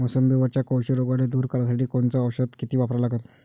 मोसंबीवरच्या कोळशी रोगाले दूर करासाठी कोनचं औषध किती वापरा लागन?